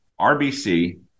RBC